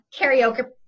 karaoke